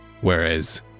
Whereas